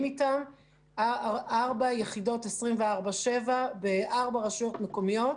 אתם ארבע יחידות 24/7 בארבע רשויות מקומיות.